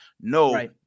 No